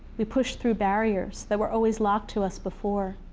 we pushed through barriers that were always locked to us before.